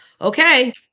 okay